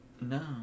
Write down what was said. No